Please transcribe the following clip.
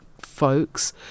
folks